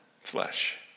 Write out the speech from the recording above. flesh